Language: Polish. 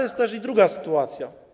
Jest też i druga sytuacja.